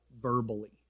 verbally